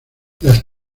las